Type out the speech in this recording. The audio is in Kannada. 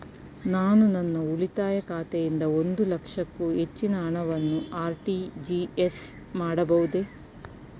ನಾನು ನನ್ನ ಉಳಿತಾಯ ಖಾತೆಯಿಂದ ಒಂದು ಲಕ್ಷಕ್ಕೂ ಹೆಚ್ಚಿನ ಹಣವನ್ನು ಆರ್.ಟಿ.ಜಿ.ಎಸ್ ಮಾಡಬಹುದೇ?